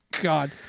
God